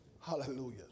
Hallelujah